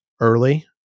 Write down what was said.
early